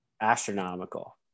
astronomical